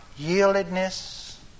yieldedness